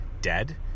dead